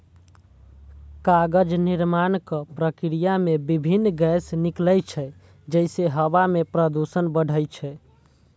कागज निर्माणक प्रक्रिया मे विभिन्न गैस निकलै छै, जइसे हवा मे प्रदूषण बढ़ै छै